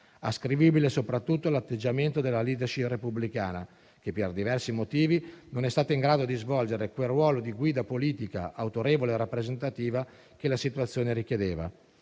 ascrivibile soprattutto all'atteggiamento della *leadership* repubblicana che, per diversi motivi, non è stata in grado di svolgere quel ruolo di guida autorevole e rappresentativa che la situazione richiedeva.